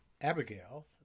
Abigail